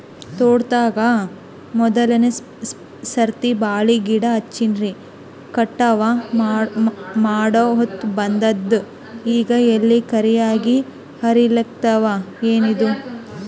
ತೋಟದಾಗ ಮೋದಲನೆ ಸರ್ತಿ ಬಾಳಿ ಗಿಡ ಹಚ್ಚಿನ್ರಿ, ಕಟಾವ ಮಾಡಹೊತ್ತ ಬಂದದ ಈಗ ಎಲಿ ಕರಿಯಾಗಿ ಹರಿಲಿಕತ್ತಾವ, ಏನಿದು?